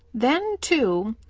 then, too,